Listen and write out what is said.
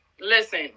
listen